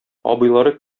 абыйлары